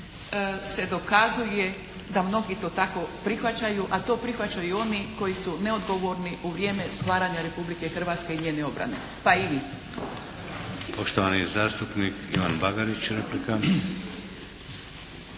se dokazuje da mnogi to tako prihvaćaju a to prihvaćaju i oni koji su neodgovorni u vrijeme stvaranja Republike Hrvatske i njene obrane, pa i vi. **Šeks, Vladimir (HDZ)** Poštovani zastupnik Ivan Bagarić replika.